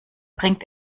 bringt